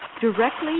directly